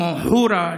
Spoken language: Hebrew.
כמו חורה,